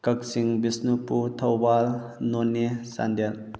Kakching Bishnupur Thoubal Noney Chandel